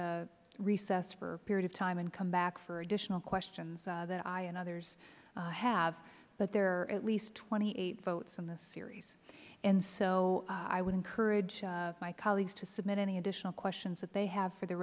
would recess for a period of time and come back for additional questions that i and others have but there are at least twenty eight votes in this series and so i would encourage my colleagues to submit any additional questions that they have for the